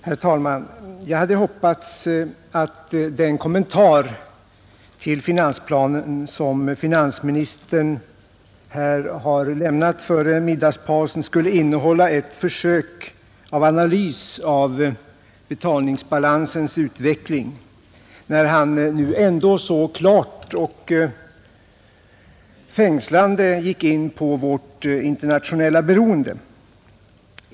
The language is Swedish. Herr talman! Jag hade hoppats att den kommentaren till finansplanen som finansministern här lämnade före middagspausen skulle innehålla ett försök till analys av betalningsbalansens utveckling, när han nu ändå så klart och fängslande gick in på vårt internationella beroende.